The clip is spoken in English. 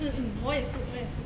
mm mm 我也是我也是